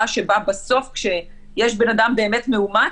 שבה בסוף כשיש בן אדם באמת מאומת,